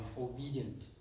obedient